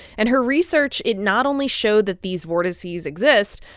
and her research, it not only showed that these vortices exist,